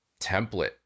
template